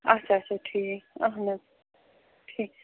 اچھا اچھا ٹھیٖک اہن حظ ٹھیٖک